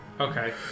Okay